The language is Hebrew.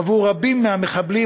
עבור רבים מהמחבלים,